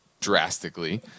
drastically